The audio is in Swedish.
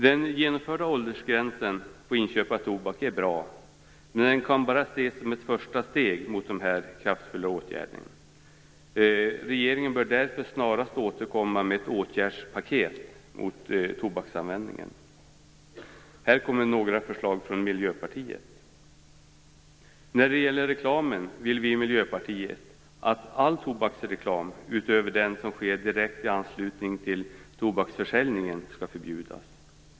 Den genomförda åldersgränsen för inköp av tobak är bra, men den kan bara ses som ett första steg mot mer kraftfulla åtgärder. Regeringen bör därför snarast återkomma med ett åtgärdspaket mot tobaksanvändningen. Miljöpartiet har några förslag. Vi i Miljöpartiet vill att all tobaksreklam, utöver den som sker i direkt anslutning till tobaksförsäljningen, skall förbjudas.